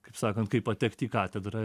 kaip sakant kaip patekt į katedrą